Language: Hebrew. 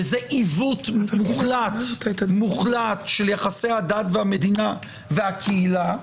וזה עיוות מוחלט של יחסי הדת והמדינה והקהילה,